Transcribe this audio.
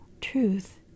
truth